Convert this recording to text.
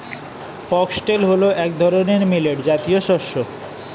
foxtail হল এক ধরনের মিলেট জাতীয় শস্য